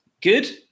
Good